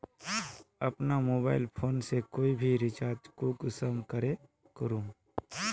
अपना mobile phone से कोई भी रिचार्ज कुंसम करे करूम?